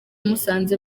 musanze